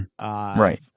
Right